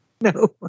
No